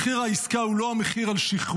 מחיר העסקה הוא לא המחיר על שחרורם,